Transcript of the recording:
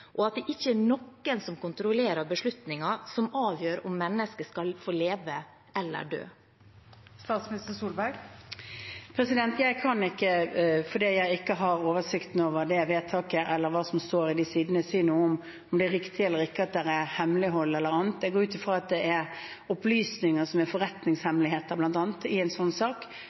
og at det ikke er noen som kontrollerer beslutninger som avgjør om mennesker skal få leve eller dø? Fordi jeg ikke har oversikt over det vedtaket eller hva som står på de sidene, kan jeg ikke si noe om det er riktig eller ikke, eller om det er hemmelighold eller annet. Jeg går ut fra at det bl.a. er opplysninger som er forretningshemmeligheter i en sånn sak.